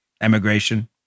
emigration